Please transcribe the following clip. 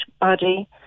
body